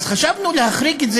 אז חשבנו להחריג את זה.